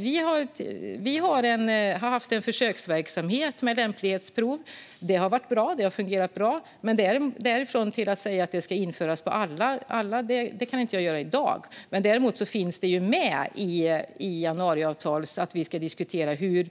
Vi har haft en försöksverksamhet med lämplighetsprov som har fungerat bra. Men jag kan inte i dag säga att detta ska införas på alla lärarutbildningar. Däremot står det i januariavtalet att vi ska diskutera hur